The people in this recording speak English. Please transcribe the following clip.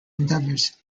endeavours